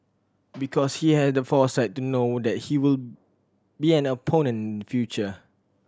because he has the foresight to know that he will be an opponent in future